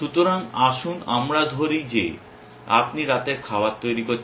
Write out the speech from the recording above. সুতরাং আসুন আমরা ধরি যে আপনি রাতের খাবার তৈরি করছেন